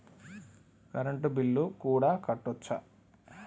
Current bill కూడా కట్టొచ్చా?